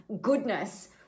goodness